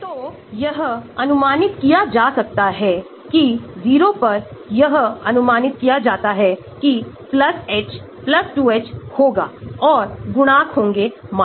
तो अगर anion के रूप को स्थिर किया जाता है तो आपके पास एक बड़ा K होने वाला है अगर अम्ल का रूप स्थिर हो जाता है तो आपके पास एक छोटा K होने वाला है